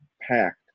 packed